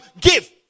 give